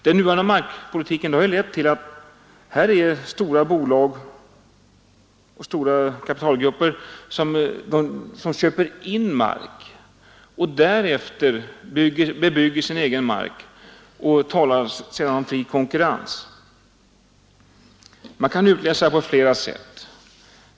Den nuvarande markpolitiken har lett till att stora bolag och stora kapitalgrupper köper in mark och därefter bebygger sin egen mark. Samtidigt talas det om fri konkurrens. Detta kan utläsas på flera sätt.